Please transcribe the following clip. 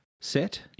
set